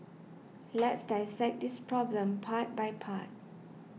let's dissect this problem part by part